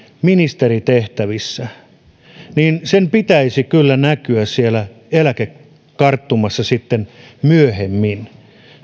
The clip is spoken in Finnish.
ministeritehtävissä sen pitäisi kyllä näkyä siellä eläkekarttumassa sitten myöhemmin